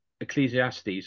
ecclesiastes